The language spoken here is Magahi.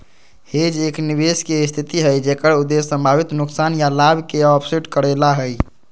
हेज एक निवेश के स्थिति हई जेकर उद्देश्य संभावित नुकसान या लाभ के ऑफसेट करे ला हई